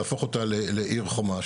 להפוך אותה לעיר חומה,